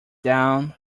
down